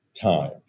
time